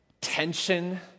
tension